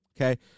okay